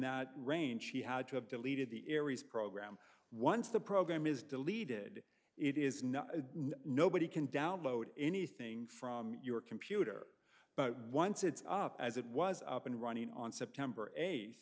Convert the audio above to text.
that range she had to have deleted the aries program once the program is deleted it is not nobody can download anything from your computer but once it's up as it was up and running on september